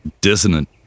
dissonant